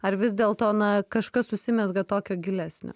ar vis dėlto na kažkas užsimezga tokio gilesnio